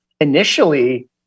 initially